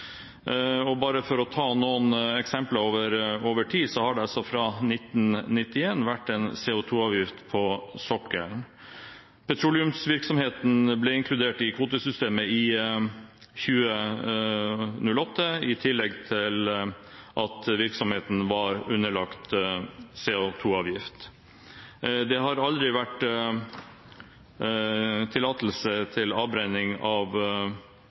Bare for å ta noen eksempler over tid: Fra 1991 har det vært CO2-avgift på sokkelen. Petroleumsvirksomheten ble inkludert i kvotesystemet i 2008, i tillegg til at virksomheten var underlagt CO2-avgift. Det har aldri vært gitt tillatelse til avbrenning av